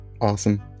awesome